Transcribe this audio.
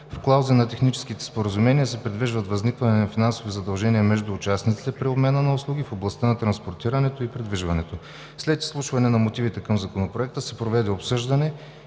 В клаузи на техническите споразумения се предвижда възникване на финансови задължения между участниците при обмена на услуги в области на транспортирането и придвижването. След изслушване на мотивите към Законопроекта се проведе обсъждане